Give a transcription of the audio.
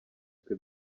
twe